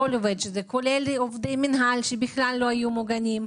שזה כולל עובדי מנהל שבכלל לא היו מוגנים,